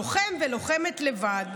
לוחם ולוחמת לבד,